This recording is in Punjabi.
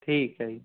ਠੀਕ ਹੈ ਜੀ